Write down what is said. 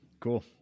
cool